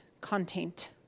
content